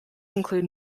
include